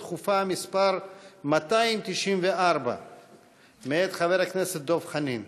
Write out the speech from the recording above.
דחופה מס' 294 מאת חבר הכנסת דב חנין.